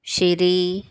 ਸ਼੍ਰੀ